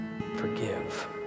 forgive